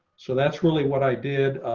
so that's really what i did.